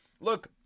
Look